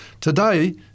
today